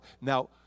now